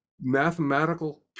mathematical